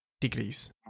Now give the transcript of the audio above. degrees